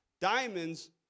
diamonds